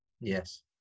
Yes